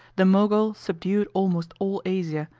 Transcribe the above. the mogul subdued almost all asia,